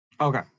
okay